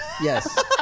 Yes